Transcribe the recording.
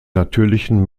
natürlichen